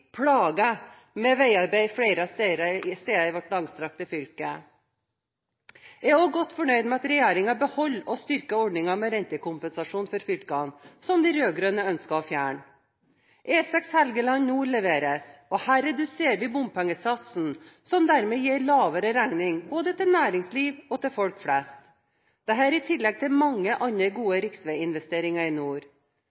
«plaget» med veiarbeid flere steder i vårt langstrakte fylke. Jeg er også godt fornøyd med at regjeringen beholder og styrker ordningen med rentekompensasjon for fylkene, som de rød-grønne ønsket å fjerne. E6 Helgeland nord leveres, og her reduserer vi bompengesatsen, som dermed gir en lavere regning både til næringsliv og til folk flest – dette i tillegg til mange andre gode